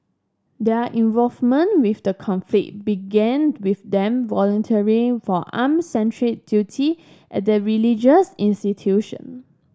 their involvement with the conflict began with them volunteering for armed sentry duty at the religious institution